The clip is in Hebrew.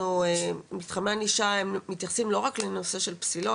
מתחמי הענישה מתייחסים לא רק לנושא של פסילות.